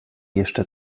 jeszcze